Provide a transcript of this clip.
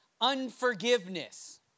unforgiveness